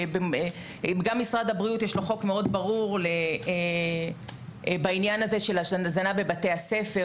גם משרד הבריאות יש לו חוק מאוד ברור בעניין הזה של הזנה בבתי הספר.